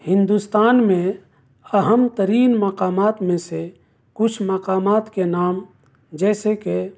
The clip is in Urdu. ہندوستان میں اہم ترین مقامات میں سے کچھ مقامات کے نام جیسے کہ